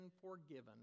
forgiven